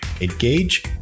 Engage